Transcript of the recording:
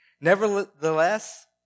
Nevertheless